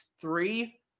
three